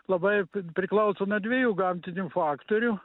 labai priklauso nuo dviejų gamtinių faktorių